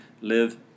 live